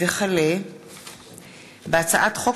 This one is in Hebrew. הצעת חוק